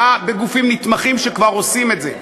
בגופים נתמכים, שכבר עושים את זה.